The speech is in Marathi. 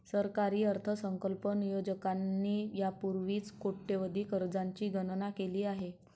सरकारी अर्थसंकल्प नियोजकांनी यापूर्वीच कोट्यवधी कर्जांची गणना केली आहे